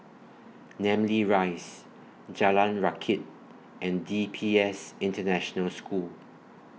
Namly Rise Jalan Rakit and D P S International School